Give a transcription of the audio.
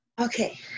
Okay